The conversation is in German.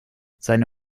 seine